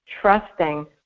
trusting